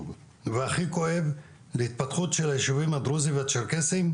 והכי כואב להתפתחות הישובים הדרוזים והצ'רקסיים,